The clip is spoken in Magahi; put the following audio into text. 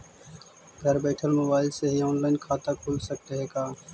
घर बैठल मोबाईल से ही औनलाइन खाता खुल सकले हे का?